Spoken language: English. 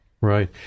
Right